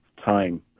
time